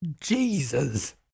Jesus